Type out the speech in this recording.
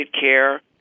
care